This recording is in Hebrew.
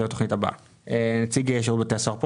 נמצא כאן נציג שירות בתי הסוהר.